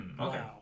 Okay